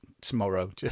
tomorrow